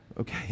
Okay